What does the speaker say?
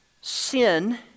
sin